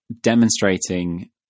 demonstrating